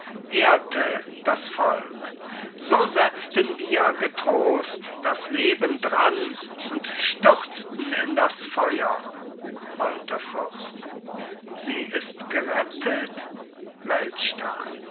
ehrte das volk so setzten wir getrost das leben dran und stürzten in das feuer walther fürst sie ist gerettet